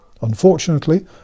Unfortunately